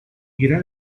irá